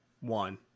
One